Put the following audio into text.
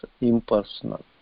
impersonal